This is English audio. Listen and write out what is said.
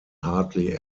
hardly